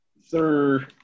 Sir